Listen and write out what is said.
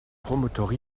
promoteurs